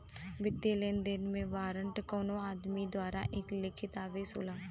वित्तीय लेनदेन में वारंट कउनो आदमी द्वारा एक लिखित आदेश होला